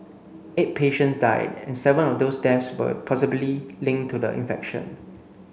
eight patients died and seven of those deaths were possibly linked to the infection